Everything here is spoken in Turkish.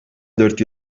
dört